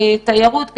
התיירות.